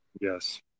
Yes